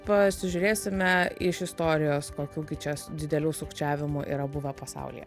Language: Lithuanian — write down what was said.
pasižiūrėsime iš istorijos kokių gi čia didelių sukčiavimų yra buvę pasaulyje